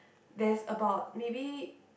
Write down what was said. there's about maybe